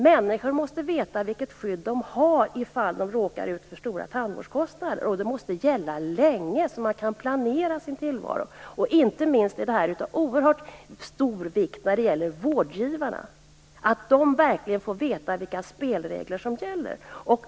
Människor måste veta vilket skydd de har om de råkar ut för stora tandvårdskostnader, och det måste gälla länge, så att man kan planera sin tillvaro. Detta är inte minst av oerhört stor vikt när det gäller vårdgivarna. De måste verkligen få veta vilka spelregler som gäller.